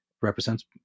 represents